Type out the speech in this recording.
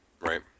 Right